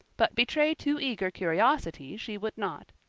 but betray too eager curiosity she would not.